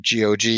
GOG